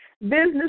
business